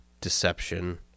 deception